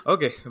Okay